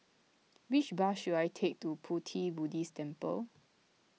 which bus should I take to Pu Ti Buddhist Temple